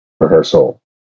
rehearsal